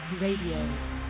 Radio